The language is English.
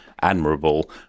admirable